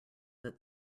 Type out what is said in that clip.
that